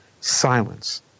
Silence